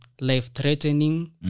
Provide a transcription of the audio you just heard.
life-threatening